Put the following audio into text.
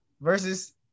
versus